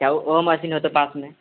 ओहो मशीनमे तऽ बात नहि